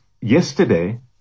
yesterday